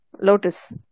Lotus